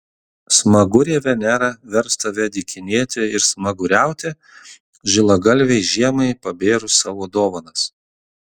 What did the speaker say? smagurė venera vers tave dykinėti ir smaguriauti žilagalvei žiemai pabėrus savo dovanas